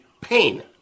pain